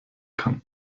kann